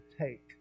take